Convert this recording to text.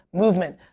movement,